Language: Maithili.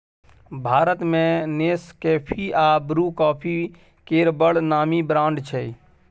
भारत मे नेसकेफी आ ब्रु कॉफी केर बड़ नामी ब्रांड छै